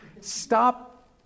stop